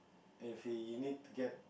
and if you need to get